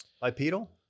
Bipedal